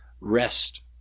rest